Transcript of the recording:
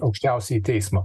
aukščiausiąjį teismą